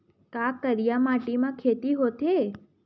का करिया माटी म खेती होथे?